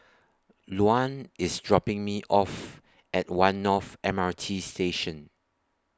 Luann IS dropping Me off At one North M R T Station